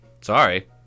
Sorry